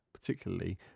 particularly